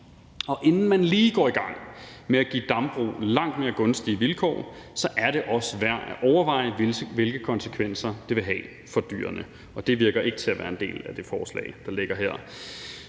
Inden man lige går i gang med give dambrug langt mere gunstige vilkår, er det også værd at overveje, hvilke konsekvenser det vil have for dyrene, og det virker ikke til at være en del af det forslag, der ligger her.